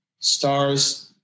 stars